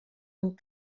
amb